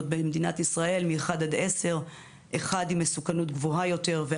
במדינת ישראל מ-1 עד 10 כאשר 1 הוא עם מסוכנות גבוהה יותר.